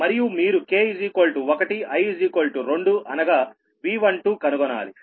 మరియు మీరు k1 I2 అనగా V12 కనుగొనాలి